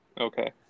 Okay